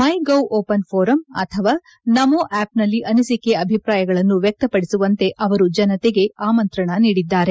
ಮೈ gov open forum ಅಥವಾ ನಮೋ ಆಪ್ನಲ್ಲಿ ಅನಿಸಿಕೆ ಅಭಿಪ್ರಾಯಗಳನ್ನು ವ್ಯಕ್ತಪಡಿಸುವಂತೆ ಅವರು ಜನತೆಗೆ ಆಮಂತ್ರಣ ನೀಡಿದ್ದಾರೆ